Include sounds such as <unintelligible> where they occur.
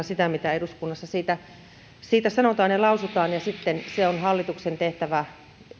<unintelligible> sitä mitä eduskunnassa siitä sanotaan ja lausutaan ja sitten se on hallituksen tehtävä